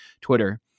Twitter